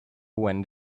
when